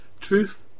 truth